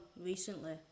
recently